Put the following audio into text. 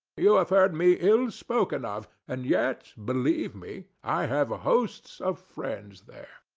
you have heard me ill spoken of and yet, believe me, i have hosts of friends there.